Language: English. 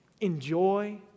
Enjoy